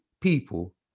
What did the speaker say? people